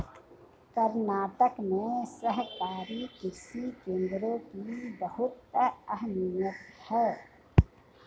कर्नाटक में सहकारी कृषि केंद्रों की बहुत अहमियत है